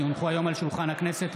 כי הונחו היום על שולחן הכנסת,